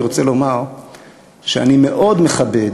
אני רוצה לומר שאני מאוד מכבד,